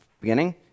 beginning